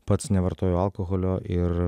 pats nevartoju alkoholio ir